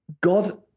God